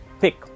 pick